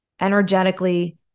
energetically